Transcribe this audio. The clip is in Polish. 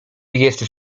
jesteś